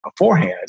beforehand